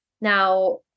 Now